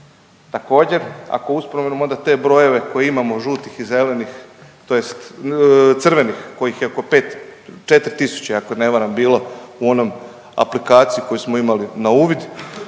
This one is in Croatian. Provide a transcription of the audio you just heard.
se ne razumije./… onda te brojeve koje imamo žutih i zelenih tj. crvenih kojih je oko 5, 4 tisuće, ako ne varam, bilo u onom aplikaciji koju smo imali na uvid.